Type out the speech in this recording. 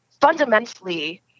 fundamentally